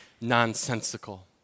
nonsensical